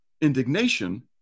indignation